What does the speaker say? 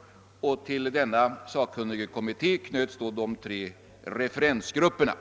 — och till denna sakkunnigekommitté knöts tre referensgrupper.